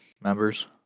members